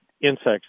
insects